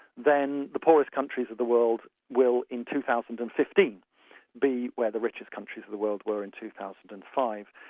then the poorest countries of the world will in two thousand and fifteen be where the richest countries of the world were in two thousand and five.